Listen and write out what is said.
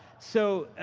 so,